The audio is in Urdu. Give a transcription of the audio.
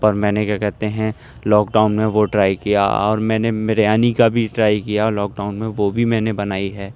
پر میں نے کیا کہتے ہیں لاک ڈاؤن میں وہ ٹرائی کیا اور میں نے بریانی کا بھی ٹرائی کیا لاک ڈاؤن میں وہ بھی میں نے بنائی ہے